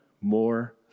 more